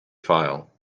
file